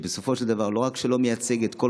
שבסופו של דבר לא רק שלא מייצג את כל